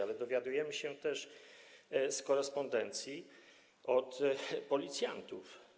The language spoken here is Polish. Ale dowiadujemy się też z korespondencji od policjantów.